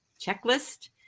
checklist